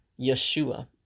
Yeshua